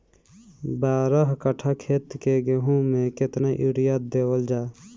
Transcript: बारह कट्ठा खेत के गेहूं में केतना यूरिया देवल जा?